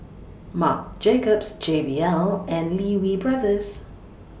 Marc Jacobs J B L and Lee Wee Brothers